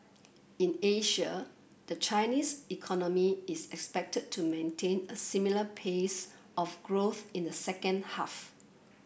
in Asia the Chinese economy is expected to maintain a similar pace of growth in the second half